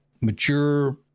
mature